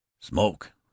Smoke